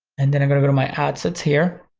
and then i'm gonna go to my adsets here,